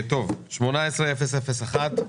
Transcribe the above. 18/001,